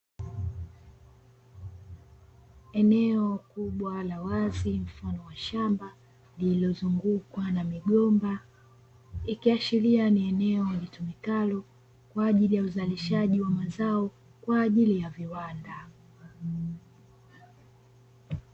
Eneo kubwa la wazi mfano wa shamba lililozungukwa na migomba, ikiashiria ni eneo litumikalo kwa ajili ya uzalishaji wa mazao kwa ajili ya viwanda.